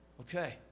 Okay